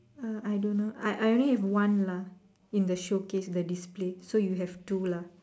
uh I don't know I I only have one lah in the showcase the display so you have two lah